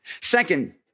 Second